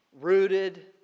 rooted